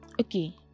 okay